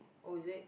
oh is it